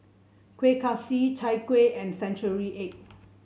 Kueh Kaswi Chai Kueh and Century Egg